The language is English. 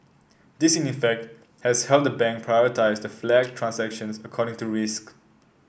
this in effect has helped the bank prioritise the flagged transactions according to risk